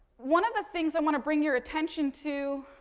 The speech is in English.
one of the things i want to bring your attention to,